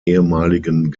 ehemaligen